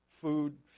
food